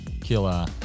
Killer